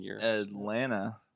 Atlanta